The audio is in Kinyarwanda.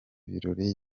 birori